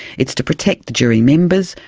it's to protect the jury members,